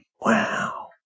Wow